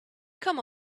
come